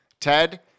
Ted